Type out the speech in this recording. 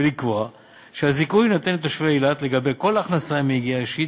ולקבוע שהזיכוי יינתן לתושבי אילת לגבי כל הכנסה מיגיעה אישית,